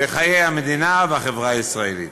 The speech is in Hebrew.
בחיי המדינה והחברה הישראלית.